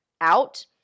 out